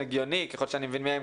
ככל שאני מבין מהם,